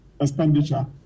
expenditure